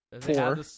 Four